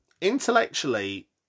Intellectually